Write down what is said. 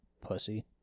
pussy